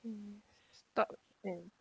mm stop and